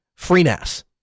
FreeNAS